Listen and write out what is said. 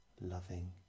loving